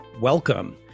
welcome